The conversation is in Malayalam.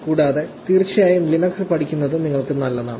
കൂടാതെ തീർച്ചയായും ലിനക്സ് പഠിക്കുന്നതും നിങ്ങൾക്ക് നല്ലതാണ്